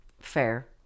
Fair